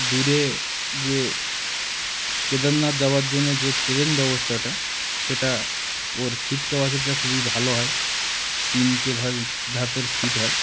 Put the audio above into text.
দূরে যে কেদারনাথ যাওয়ার জন্যে যে ট্রেন ব্যবস্থাটা সেটা ওর সিট ক্যাপাসিটিটা খুবই ভালো হয় তিনটে ভ ধাপের সিট হয়